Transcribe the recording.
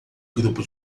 grupo